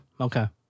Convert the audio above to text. okay